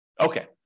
Okay